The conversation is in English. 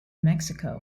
mexico